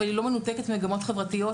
אבל היא לא מנותקת ממגמות חברתיות,